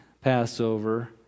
Passover